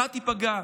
אתה תיפגע,